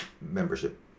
membership